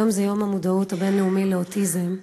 היום זה יום המודעות הבין-לאומי לאוטיזם,